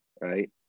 right